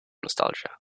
nostalgia